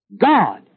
God